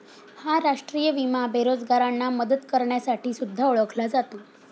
हा राष्ट्रीय विमा बेरोजगारांना मदत करण्यासाठी सुद्धा ओळखला जातो